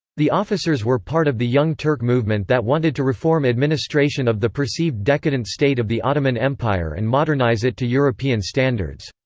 the officers were part of the young turk movement that wanted to reform administration of the perceived decadent state of the ottoman empire and modernize it to european standards.